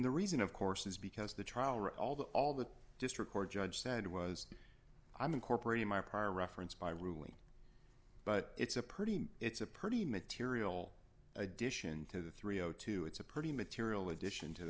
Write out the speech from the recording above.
the reason of course is because the trial or all the all the district court judge said was i'm incorporating my prior reference my ruling but it's a pretty it's a pretty material addition to the three o two it's a pretty material addition to the